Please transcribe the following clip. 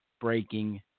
breaking